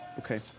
Okay